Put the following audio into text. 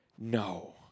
No